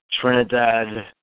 Trinidad